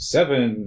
Seven